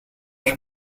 حکم